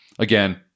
Again